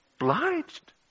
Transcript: obliged